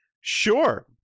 sure